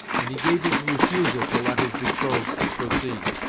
and he gave his refusal to let his betrothed proceed,